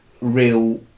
real